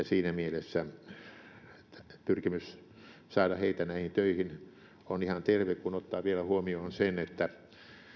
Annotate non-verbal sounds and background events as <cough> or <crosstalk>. <unintelligible> siinä mielessä pyrkimys saada heitä näihin töihin on ihan terve kun ottaa vielä huomioon sen että